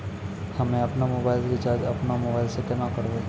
हम्मे आपनौ mobile recharge आपनौ मोबाइल से केना करवै?